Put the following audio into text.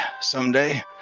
someday